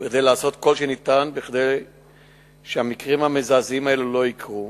כדי לעשות כל שניתן כדי שהמקרים המזעזעים האלה לא יקרו.